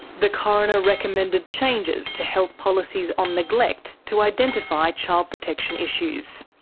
the coroner recommended changes to health policies on neglect to identify child protection issues.